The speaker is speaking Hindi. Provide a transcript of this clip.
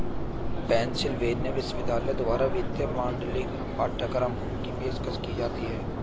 पेन्सिलवेनिया विश्वविद्यालय द्वारा वित्तीय मॉडलिंग पाठ्यक्रम की पेशकश की जाती हैं